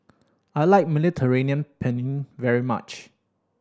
I like Mediterranean Penne very much